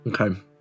Okay